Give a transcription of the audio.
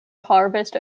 harvest